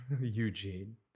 Eugene